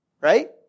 Right